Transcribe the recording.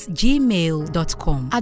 gmail.com